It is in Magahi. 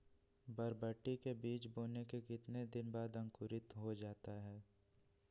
बरबटी के बीज बोने के कितने दिन बाद अंकुरित हो जाता है?